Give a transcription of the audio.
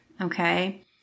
okay